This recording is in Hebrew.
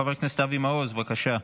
חבר הכנסת אבי מעוז, בבקשה.